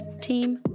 team